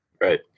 Right